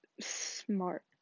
smart